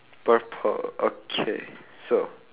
purple okay so